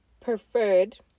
preferred